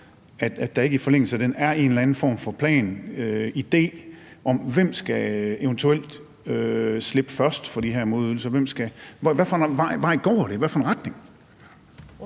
at der ikke i forlængelse af den er en eller anden form for plan eller idé om, hvem der eventuelt først skal slippe for de her modydelser. Hvad for en vej går det – hvad for en retning?